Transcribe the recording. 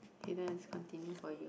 continue for you